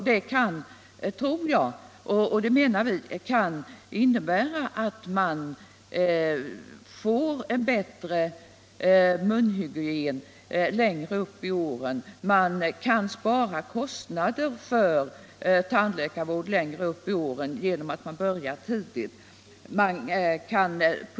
Det kan innebära att de får bättre munhygien och att de kan spara kostnader för tandläkarvård när de kommer upp i högre ålder.